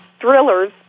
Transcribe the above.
Thrillers